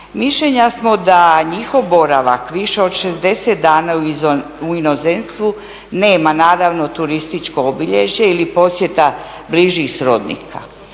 Mišljenja smo da njihov boravak više od 60 dana u inozemstvu nema naravno turističko obilježje ili posjeta bližih srodnika.